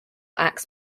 acts